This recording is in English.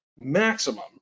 maximum